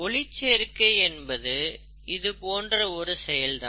ஒளிச்சேர்க்கை என்பதும் இது போன்ற ஒரு செயல் தான்